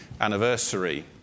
anniversary